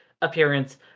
appearance